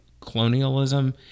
colonialism